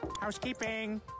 housekeeping